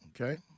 Okay